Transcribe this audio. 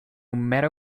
matter